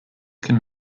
can